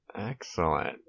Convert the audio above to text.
Excellent